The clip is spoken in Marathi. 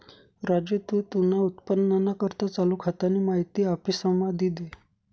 राजू तू तुना उत्पन्नना करता चालू खातानी माहिती आफिसमा दी दे